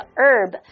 herb，